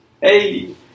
Hey